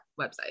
website